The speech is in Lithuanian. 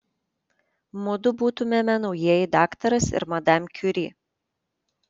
mudu būtumėme naujieji daktaras ir madam kiuri